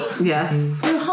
Yes